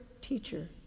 teacher